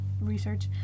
research